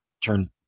turn